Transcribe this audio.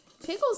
Pickles